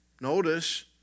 notice